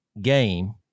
game